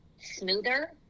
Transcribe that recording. smoother